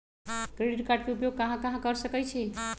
Credit card के उपयोग कहां कहां कर सकईछी?